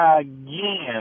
again